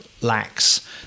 lacks